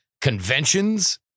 conventions